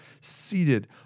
seated